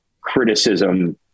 criticism